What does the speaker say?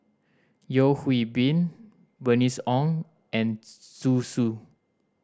Yeo Hwee Bin Bernice Ong and Zhu Xu